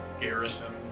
Garrison